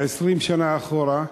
20 שנה אחורה,